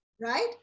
Right